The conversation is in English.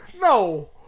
no